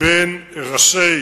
בין ראשי